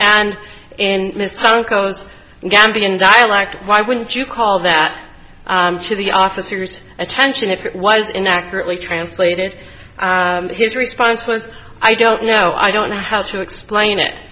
gambian dialect why wouldn't you call that to the officers attention if it was in accurately translated his response was i don't know i don't know how to explain it